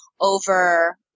over